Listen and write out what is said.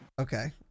Okay